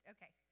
Okay